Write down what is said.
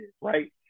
right